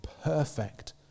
perfect